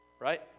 right